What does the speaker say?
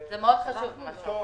כיתות.